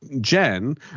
Jen